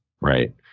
right